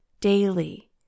daily